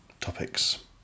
topics